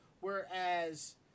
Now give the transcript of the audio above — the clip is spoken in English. whereas